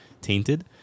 tainted